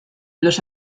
los